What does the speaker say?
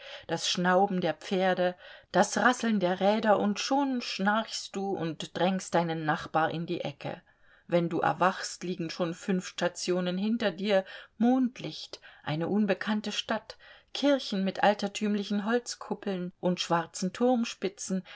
das schnauben der pferde das rasseln der räder und schon schnarchst du und drängst deinen nachbar in die ecke wenn du erwachst liegen schon fünf stationen hinter dir mondlicht eine unbekannte stadt kirchen mit altertümlichen holzkuppeln und schwarzen turmspitzen